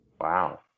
Wow